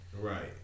right